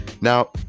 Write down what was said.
Now